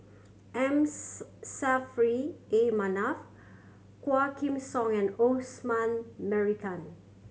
M Saffri A Manaf Quah Kim Song and Osman Merican